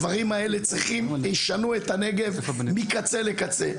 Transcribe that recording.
הדברים האלה צריכים וישנו את הנגב מקצה לקצה.